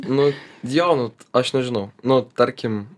nu jo nu aš nežinau nu tarkim